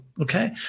Okay